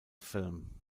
film